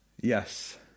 Yes